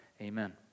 amen